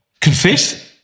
confess